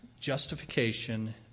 justification